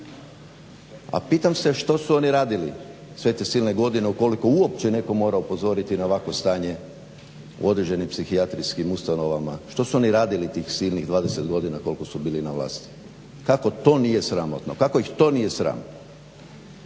A pitam se što su oni radili sve te silne godine ukoliko uopće netko mora upozoriti na ovakvo stanje u određenim psihijatrijskim ustanovama? Što su oni radili tih silnih 20 godina koliko su bili na vlasti? kako to nije sramotno? Kako ih to nije sram